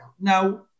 Now